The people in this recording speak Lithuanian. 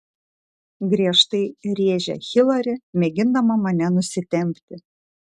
griežtai rėžia hilari mėgindama mane nusitempti